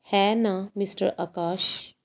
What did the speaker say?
ਹੈ ਨਾ ਮਿਸਟਰ ਆਕਾਸ਼